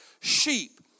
sheep